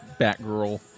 Batgirl